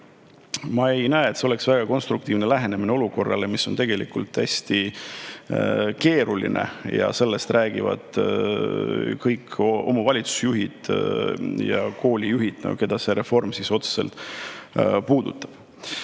Ma ei [arva], et see on väga konstruktiivne lähenemine olukorrale, mis on tegelikult hästi keeruline. Sellest räägivad kõik omavalitsusjuhid ja koolijuhid, keda see reform otseselt puudutab.